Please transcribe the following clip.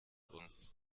uns